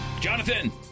Jonathan